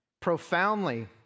Profoundly